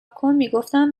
کن، میگفتم